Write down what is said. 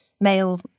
male